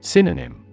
Synonym